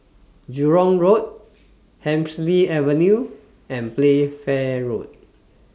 Jurong Road Hemsley Avenue and Playfair Road